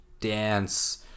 dance